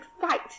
fight